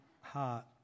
heart